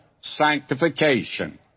sanctification